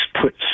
put